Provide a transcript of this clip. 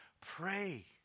Pray